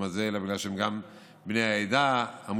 הזה אלא בגלל שהם גם בני העדה המוסלמית.